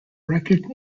record